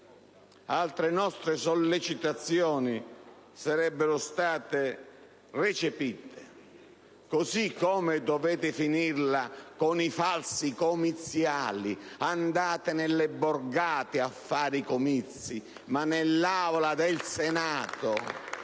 altre nostre sollecitazioni sarebbero state recepite. Così come dovete finirla con i falsi comiziali: andate nelle borgate a fare i comizi! *(Applausi dal Gruppo